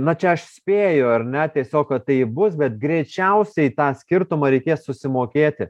na čia aš spėju ar ne tiesiog kad tai bus bet greičiausiai tą skirtumą reikės mokėti